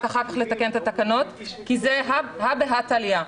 אחר כך לתקן את התקנות כי זה הא בהא תליא.